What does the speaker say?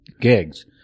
gigs